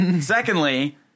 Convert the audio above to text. Secondly